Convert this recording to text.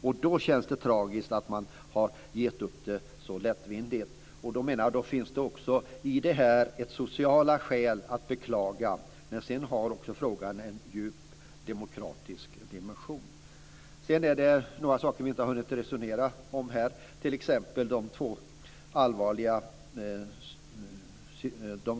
Därför känns det tragiskt att man gett upp detta så lättvindigt. Det finns sociala skäl att beklaga detta, men frågan har också en djupt demokratisk dimension. Det finns några saker som vi inte har hunnit resonera om här. Det gäller t.ex.